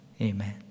amen